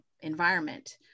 environment